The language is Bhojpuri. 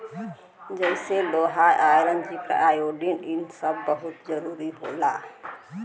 जइसे लोहा आयरन जिंक आयोडीन इ सब बहुत जरूरी होला